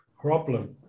problem